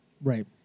Right